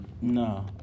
no